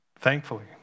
Thankfully